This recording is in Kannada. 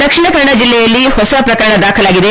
ದಕ್ಷಿಣ ಕನ್ನಡ ಜಿಲ್ಲೆಯಲ್ಲಿ ಹೊಸ ಪ್ರಕರಣ ದಾಖಲಾಗಿದೆ